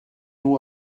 nhw